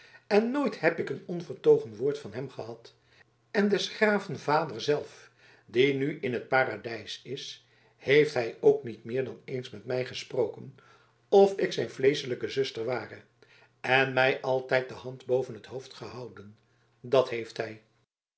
en nooit lieb ik een onvertogen woord van hem gehad en des graven vader zelf die nu in t paradijs is heeft hij ook niet meer dan eens met mij gesproken of ik zijn vleeschelijke zuster ware en mij altijd de hand boven t hoofd gehouden dat heeft hij